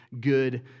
good